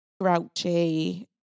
grouchy